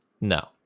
No